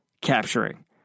capturing